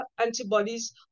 antibodies